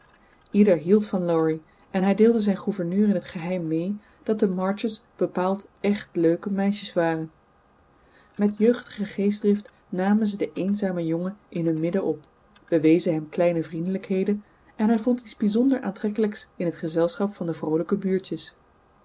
ieder hield van laurie en hij deelde zijn gouverneur in het geheim mee dat de marches bepaald echt leuke meisjes waren met jeugdige geestdrift namen ze den eenzamen jongen in hun midden op bewezen hem kleine vriendelijkheden en hij vond iets bizonder aantrekkelijks in het gezelschap van de vroolijke buurtjes